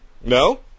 No